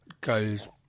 goes